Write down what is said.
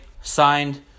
signed